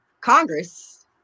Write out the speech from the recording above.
Congress